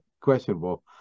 questionable